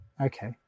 okay